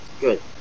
good